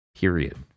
Period